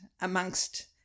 amongst